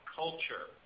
culture